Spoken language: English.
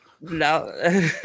No